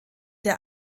der